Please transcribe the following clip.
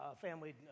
family